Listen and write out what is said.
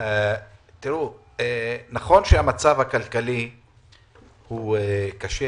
נכון שהמצב הכלכלי קשה,